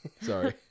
sorry